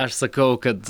aš sakau kad